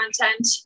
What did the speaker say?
content